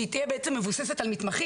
שהיא תהיה מבוססת על מתמחים.